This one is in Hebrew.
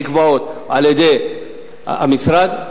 אגרות נקבעות על-ידי המשרד,